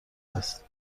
است